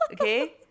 Okay